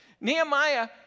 Nehemiah